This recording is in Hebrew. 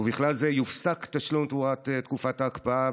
ובכלל זה יופסק תשלום תמורת תקופת ההקפאה,